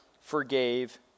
forgave